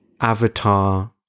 avatar